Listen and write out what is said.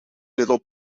little